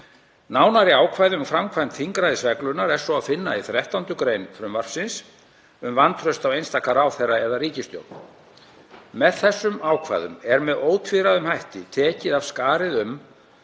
Nánari ákvæði um framkvæmd þingræðisreglunnar er svo að finna í 13. gr. frumvarpsins um vantraust á einstaka ráðherra eða ríkisstjórn. Með þessum ákvæðum er með ótvíræðum hætti tekið af skarið um